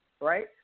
right